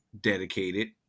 dedicated